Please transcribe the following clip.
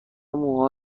موها